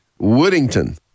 Woodington